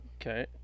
Okay